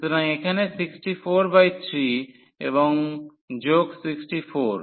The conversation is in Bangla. সুতরাং এখানে 643 এবং যোগ 64